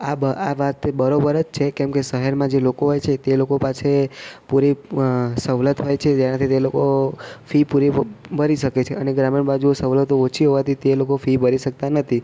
આ બ આ વાત બરાબર જ છે કેમકે શહેરમાં જે લોકો હોય છે તે લોકો પાસે પૂરી સવલત હોય છે જેનાથી તે લોકો ફી પૂરી ભરી શકે છે અને ગ્રામીણ બાજુ સવલતો ઓછી હોવાથી તે લોકો ફી ભરી શકતા નથી